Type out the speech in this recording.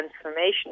transformation